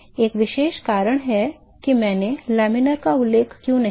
एक विशेष कारण है कि मैंने laminar का उल्लेख क्यों नहीं किया